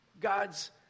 God's